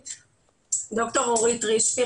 דוקטור אורית רישפי,